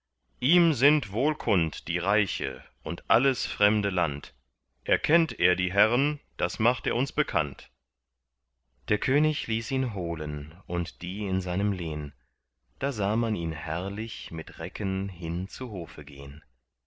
ihm sind wohl kund die reiche und alles fremde land erkennt er die herren das macht er uns bekannt der könig ließ ihn holen und die in seinem lehn da sah man ihn herrlich mit recken hin zu hofe gehn